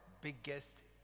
biggest